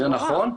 זה נכון.